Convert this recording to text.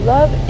Love